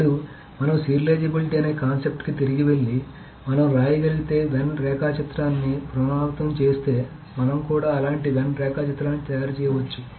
ఇప్పుడు మనం సీరియలైజేబిలిటీ అనే కాన్సెప్ట్కి తిరిగి వెళ్లి మనం రాయగలిగితే వెన్ రేఖాచిత్రాన్ని పునరావృతం చేస్తే మనం కూడా అలాంటి వెన్ రేఖాచిత్రాన్ని తయారు చేయవచ్చు